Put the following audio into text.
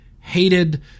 Hated